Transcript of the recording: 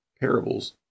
Parables